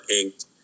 inked